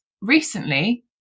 recently